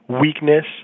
weakness